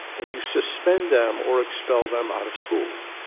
and you suspend them or expel them out of school.